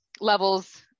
levels